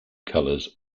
colors